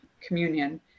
communion